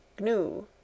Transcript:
gnu